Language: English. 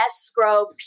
escrow